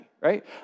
right